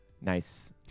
Nice